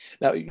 Now